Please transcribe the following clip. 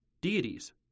deities